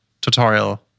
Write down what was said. tutorial